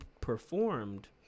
performed